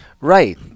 right